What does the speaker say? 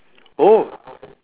oh